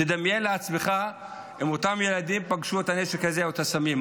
תדמיין לעצמך אם אותם ילדים פגשו את הנשק הזה או את הסמים,